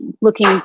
looking